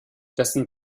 dessen